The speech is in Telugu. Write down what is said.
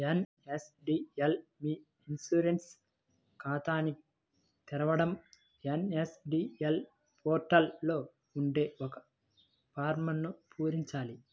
ఎన్.ఎస్.డి.ఎల్ మీ ఇ ఇన్సూరెన్స్ ఖాతాని తెరవడం ఎన్.ఎస్.డి.ఎల్ పోర్టల్ లో ఉండే ఒక ఫారమ్ను పూరించాలి